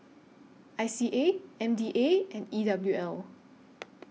I C A M D A and E W L